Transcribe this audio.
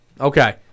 Okay